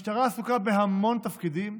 המשטרה עסוקה בהמון תפקידים.